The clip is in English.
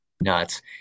nuts